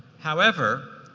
however,